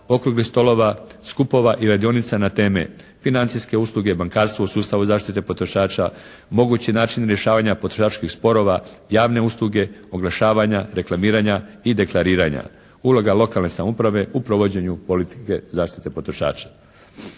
okruglih stolova, skupova i radionica na teme financijske usluge, bankarstvo u sustavu zaštite potrošača, mogući način rješavanja potrošačkih sporova, javne usluge, oglašavanja, reklamiranja i deklariranja, uloga lokalne samouprave u provođenju politike zaštite potrošača.